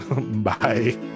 bye